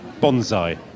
Bonsai